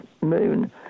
moon